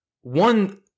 one